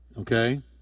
okay